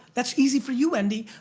that's easy for you, wendy,